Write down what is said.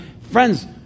friends